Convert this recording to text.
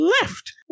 left